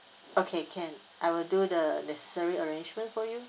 okay can I will do the necessary arrangement for you